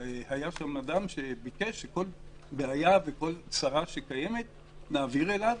היה שם אדם שביקש שכל בעיה וכל צרה שקיימת נעביר אליו.